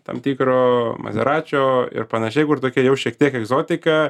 tam tikro mazaračio ir panašiai kur tokie jau šiek tiek egzotika